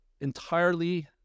entirely